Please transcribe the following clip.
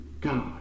God